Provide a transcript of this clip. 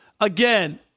Again